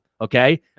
okay